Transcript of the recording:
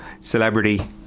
celebrity